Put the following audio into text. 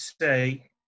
say